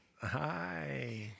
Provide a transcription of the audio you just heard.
Hi